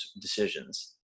decisions